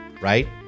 right